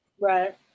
Right